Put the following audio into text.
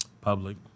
Public